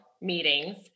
meetings